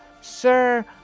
Sir